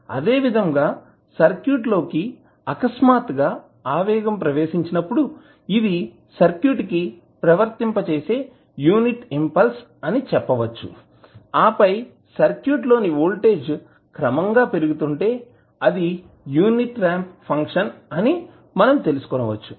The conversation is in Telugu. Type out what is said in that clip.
అదేవిధంగా సర్క్యూట్లోకి అకస్మాత్తుగా ఆవేగం ప్రవేశించినప్పుడు ఇది సర్క్యూట్కు వర్తింపచేసే యూనిట్ ఇంపల్స్ అని చెప్పవచ్చు ఆపై సర్క్యూట్లోని వోల్టేజ్ క్రమంగా పెరుగుతుంటే అది యూనిట్ రాంప్ ఫంక్షన్ అని మనము తెలిసికొనవచ్చు